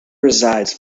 resides